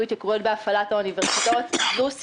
היו התייקרויות בהפעלת האוניברסיטאות.